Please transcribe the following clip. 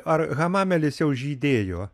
ar hamamelis jau žydėjo